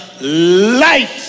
light